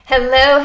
Hello